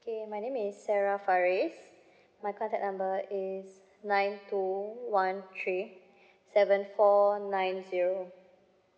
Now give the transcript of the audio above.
K my name is sarah fariz my contact number is nine two one three seven four nine zero